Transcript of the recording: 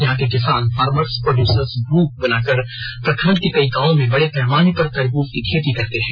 यहां के किसान फार्मर्स प्रोड्यूसर ग्रुप बनाकर प्रखंड के कई गांव में बड़े पैमाने पर तरबूज की खेती करते है